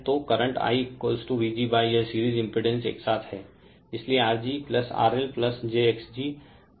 तो current I Vg यह series impedance एक साथ है इसलिए Rg RL jxg हैं